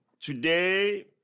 Today